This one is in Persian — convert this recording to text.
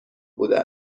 بوده